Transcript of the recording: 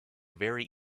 very